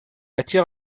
attire